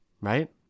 right